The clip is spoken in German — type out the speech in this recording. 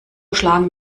schlagen